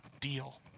deal